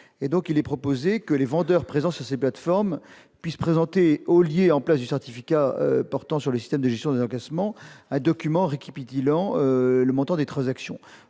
Il est donc proposé que les vendeurs présents sur ces plateformes puissent présenter, en lieu et place du certificat portant sur le système de gestion des encaissements, le document récapitulant le montant des transactions.